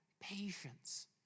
patience